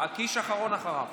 קיש אחרון, אחריו.